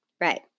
right